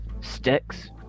sticks